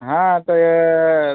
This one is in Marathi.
हा ते